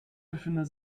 befindet